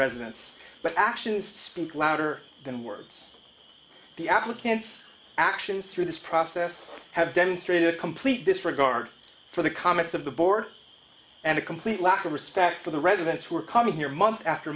residents but actions speak louder than words the applicant's actions through this process have demonstrated a complete disregard for the comments of the board and a complete lack of respect for the residents who are coming here month after